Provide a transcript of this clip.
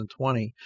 2020